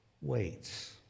waits